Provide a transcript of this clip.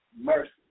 mercy